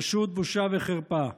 פשוט בושה וחרפה.